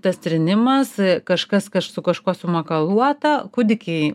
tas trynimas kažkas su kažkuo sumakaluota kūdikiai